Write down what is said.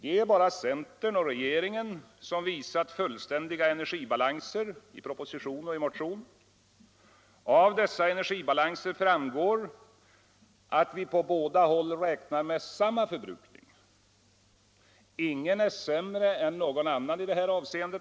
Det är bara centern och regeringen som visat fullständiga energibalanser i proposition och i motion, och av dessa energibalanser framgår att vi på båda håll räknar med samma förbrukning. Ingen är sämre än någon annan i detta avseende.